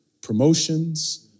promotions